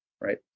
right